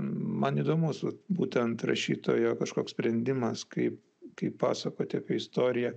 man įdomus vat būtent rašytojo kažkoks sprendimas kaip kaip pasakoti apie istoriją